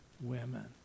women